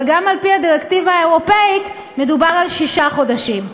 אבל גם על-פי הדירקטיבה האירופית מדובר על שישה חודשים.